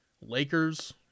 Lakers